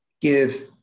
give